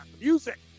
music